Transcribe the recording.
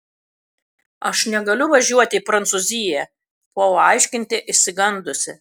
aš negaliu važiuoti į prancūziją puolu aiškinti išsigandusi